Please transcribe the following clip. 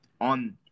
on